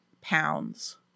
pounds